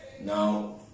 now